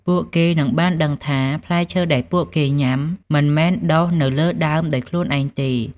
ពួកគេនឹងបានដឹងថា ផ្លែឈើដែលពួកគេញ៉ាំមិនមែនដុះនៅលើដើមដោយខ្លួនឯងនោះទេ។